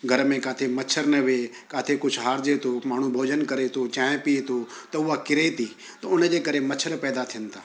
घर में किथे मच्छर न वेहे किथे कुझु हारजे थो माण्हू भोजन करे थो चांहि पीए थो त उहा किरे थी त उन जे करे मच्छर पैदा थियनि था